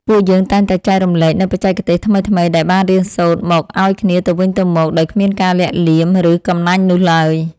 ពួកយើងតែងតែចែករំលែកនូវបច្ចេកទេសថ្មីៗដែលបានរៀនសូត្រមកឱ្យគ្នាទៅវិញទៅមកដោយគ្មានការលាក់លៀម ឬកំណាញ់នោះឡើយ។